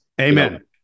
Amen